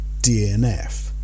DNF